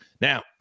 Now